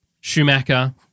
Schumacher